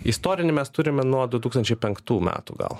istorinį mes turime nuo du tūkstančiai penktų metų gal